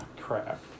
crap